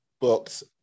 books